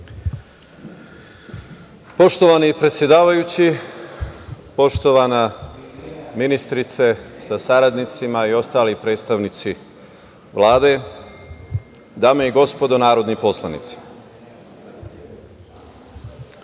Poštovani predsedavajući, poštovana ministrice sa saradnicima i ostali predstavnici Vlade, dame i gospodo narodni poslanici,